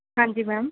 ਹਾਂਜੀ ਮੈਮ